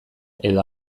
edo